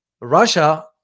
Russia